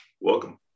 Welcome